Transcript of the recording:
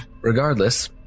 Regardless